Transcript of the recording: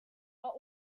but